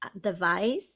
device